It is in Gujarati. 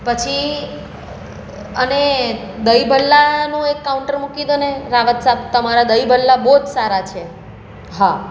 પછી અને દહીં ભલ્લાનું એક કાઉન્ટર મૂકી દો ને રાવત સાબ તમારા દહીં ભલ્લા બહુ જ સારા છે હા